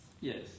Yes